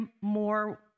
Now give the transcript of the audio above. more